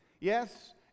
Yes